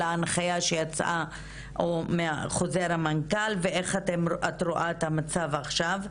ההנחיה שיצאה מחוזר המנכ"ל ואיך את רואה את המצב עכשיו.